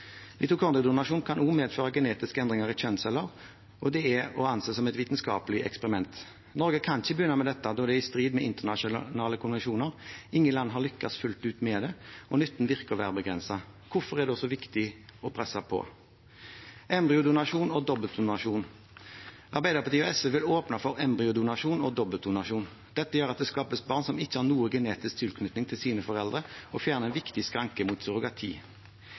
kan også medføre genetiske endringer i kjønnsceller, og det er å anse som et vitenskapelig eksperiment. Norge kan ikke begynne med dette, da det er i strid med internasjonale konvensjoner. Ingen land har lyktes fullt ut med det, og nytten ser ut til å være begrenset. Hvorfor er det da så viktig å presse på? Arbeiderpartiet og SV vil åpne for embryodonasjon og dobbeltdonasjon. Dette gjør at det skapes barn som ikke har noen genetisk tilknytning til sine foreldre, og fjerner en viktig skranke mot surrogati.